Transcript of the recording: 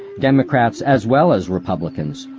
democrats as well as republicans,